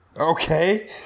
Okay